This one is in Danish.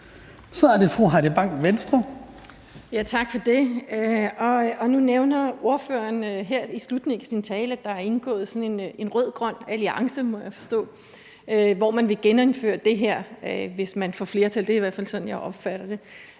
Kl. 17:24 Heidi Bank (V): Tak for det. Nu nævner ordføreren her i slutningen af sin tale, at der er indgået sådan en rød-grøn alliance, må jeg forstå, hvor man vil genindføre det her, hvis man får flertal. Det er i hvert fald sådan, jeg opfatter det.